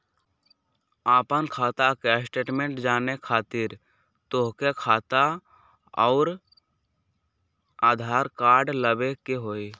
आपन खाता के स्टेटमेंट जाने खातिर तोहके खाता अऊर आधार कार्ड लबे के होइ?